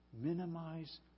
Minimize